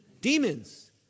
Demons